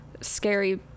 scary